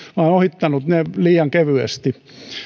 on ohittanut ne liian kevyesti